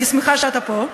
אני שמחה שאתה פה,